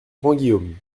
grandguillaume